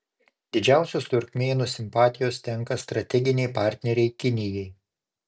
didžiausios turkmėnų simpatijos tenka strateginei partnerei kinijai